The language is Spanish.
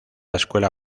escuela